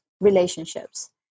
relationships